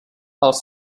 els